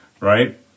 right